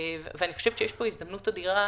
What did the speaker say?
ואני חושבת שיש פה הזדמנות אדירה,